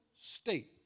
state